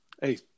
hey